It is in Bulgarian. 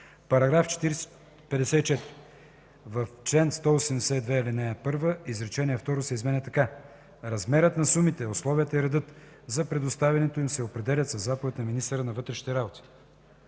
работи. § 54. В чл. 182, ал. 1 изречение второ се изменя така: „Размерът на сумите, условията и редът за предоставянето им се определят със заповед на министъра на вътрешните работи.”